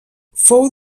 fou